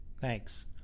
Thanks